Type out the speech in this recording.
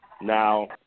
Now